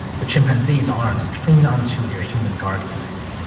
the chimpanzee's arms cling on to their human guardians.